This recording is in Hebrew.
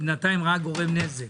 בינתיים הוא רק גורם נזק.